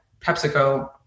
PepsiCo